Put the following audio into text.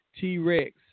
T-Rex